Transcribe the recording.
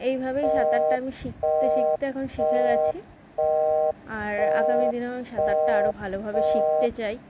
এইভাবেই সাঁতারটা আমি শিখতে শিখতে এখন শিখে গিয়েছি আর আগামীদিনেও সাঁতারটা আরও ভালোভাবে শিখতে চাই